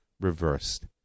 reversed